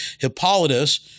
Hippolytus